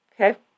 Okay